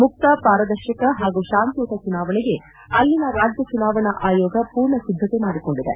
ಮುಕ್ತ ಪಾರದರ್ಶಕ ಪಾಗೂ ಶಾಂತಿಯುತ ಚುನಾವಣೆಗೆ ಅಲ್ಲಿನ ರಾಜ್ನ ಚುನಾವಣಾ ಆಯೋಗ ಪೂರ್ಣ ಸಿದ್ದತೆ ಮಾಡಿಕೊಂಡಿದೆ